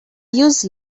use